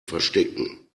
verstecken